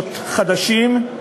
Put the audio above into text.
ותקנות חדשים,